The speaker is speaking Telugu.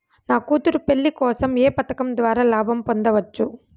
నా కూతురు పెళ్లి కోసం ఏ పథకం ద్వారా లాభం పొందవచ్చు?